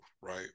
right